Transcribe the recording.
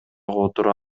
отуруп